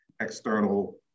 external